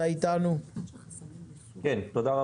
בקיצור,